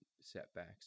setbacks